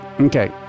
Okay